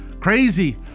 crazy